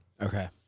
Okay